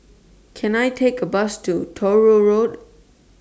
Can I Take A Bus to Truro Road